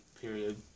period